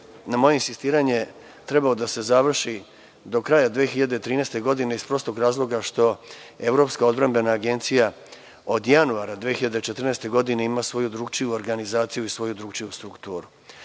na moje insistiranje trebao da se završi do kraja 2013. godine, iz prostog razloga što Evropska odbrambena agencija od januara 2014. godine ima svoju drugačiju organizaciju i svoju drugačiju strukturu. Vlada